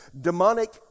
Demonic